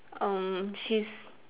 err she's